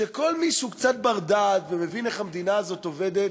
שכל מי שהוא קצת בר-דעת ומבין איך המדינה הזאת עובדת,